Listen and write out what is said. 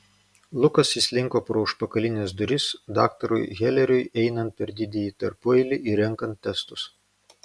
lukas įslinko pro užpakalines duris daktarui heleriui einant per didįjį tarpueilį ir renkant testus